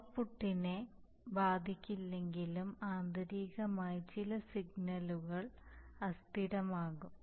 ഔട്ട്പുട്ടിനെ ബാധിക്കില്ലെങ്കിലും ആന്തരികമായി ചില സിഗ്നലുകൾ അസ്ഥിരമാകും